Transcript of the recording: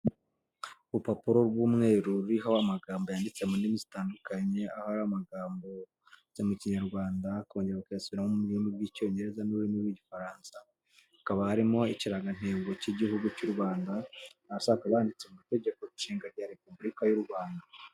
Urupapuro rw'umweru ruriho amagambo yanditse mu ndimi zitandukanye aho ari amagambo yo mu kinyarwanda bakongera bakayasubiramo mu rurimi bw'icyongereza n'ururimi rw'igifaransa, hakaba harimo ikirangantego cy'igihugu cy'u Rwanda, hasi hakaba handitse mu itegeko nshinga rya Repubulika y'u Rwanda.